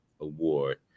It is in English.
award